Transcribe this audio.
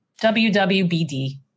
WWBD